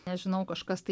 nežinau kažkas tai